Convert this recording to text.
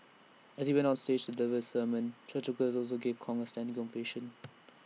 as he went on stage to deliver his sermon churchgoers also gave Kong A standing ovation